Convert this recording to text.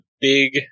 big